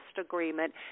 agreement